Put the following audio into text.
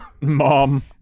mom